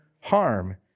harm